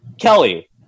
kelly